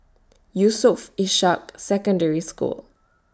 Yusof Ishak Secondary School